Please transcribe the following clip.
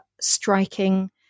striking